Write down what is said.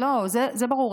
זה ברור,